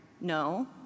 No